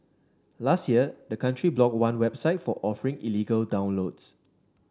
last year the country blocked one website for offering illegal downloads